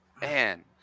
man